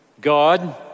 God